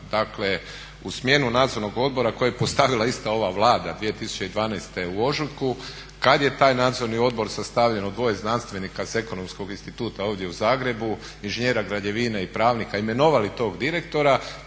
Dakle, u smjenu nadzornog odbora koji je postavila ista ova Vlada 2012. u ožujku kad je taj nadzorni odbor sastavljen od 2 znanstvenika s Ekonomskog instituta ovdje u Zagrebu, inženjera građevine i pravnika imenovali tog direktora,